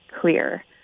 clear